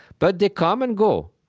but they come and go.